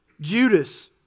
Judas